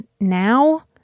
now